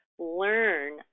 Learn